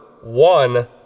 one